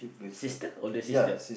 sister older sister